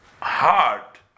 heart